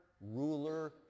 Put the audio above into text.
ruler